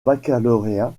baccalauréat